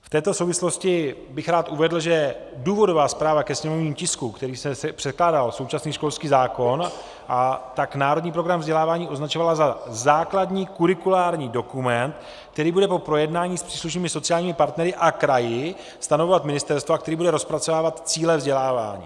V této souvislosti bych rád uvedl, že důvodová zpráva ke sněmovnímu tisku, který předkládal, současný školský zákon, Národní program vzdělávání označovala za základní kurikulární dokument, který bude po projednání s příslušnými sociálními partnery a kraji stanovovat ministerstvo a který bude rozpracovávat cíle vzdělávání.